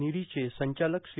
निरी चे संचालक श्री